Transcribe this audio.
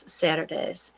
saturdays